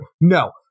no